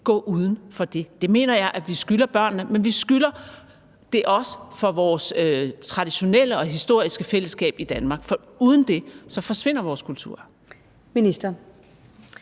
gå uden for det. Det mener jeg vi skylder børnene, men det skylder vi også vores traditionelle og historiske fællesskab i Danmark. For uden det forsvinder vores kultur. Kl.